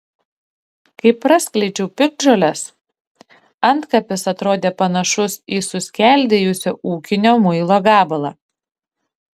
kai praskleidžiau piktžoles antkapis atrodė panašus į suskeldėjusio ūkinio muilo gabalą